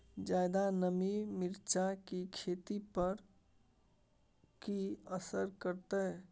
ज्यादा नमी मिर्चाय की खेती पर की असर करते?